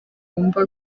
bumva